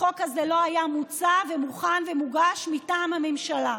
החוק הזה לא היה מוצע, מוכן ומוגש מטעם הממשלה.